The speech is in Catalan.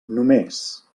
només